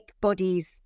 bodies